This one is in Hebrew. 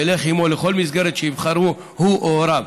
והוא ילך עימו לכל מסגרת שיבחרו הוא או הוריו.